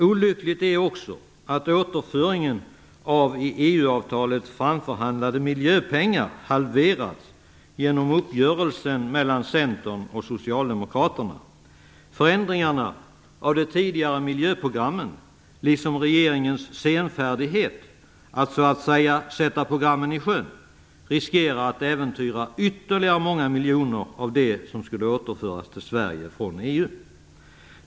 Olyckligt är också att de i EU-avtalet framförhandlade miljöpengarna halverats genom uppgörelsen mellan Centern och Socialdemokraterna. Förändringarna av de tidigare miljöprogrammen, liksom regeringens senfärdighet med att sätta programmen i sjön, riskerar att äventyra ytterligare många miljoner av det som skulle återföras till Sverige från EU.